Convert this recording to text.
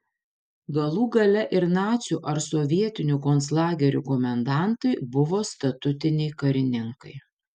galų gale ir nacių ar sovietinių konclagerių komendantai buvo statutiniai karininkai